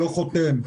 לא חותם.